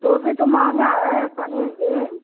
तो भी तो महँगा है पनीर भी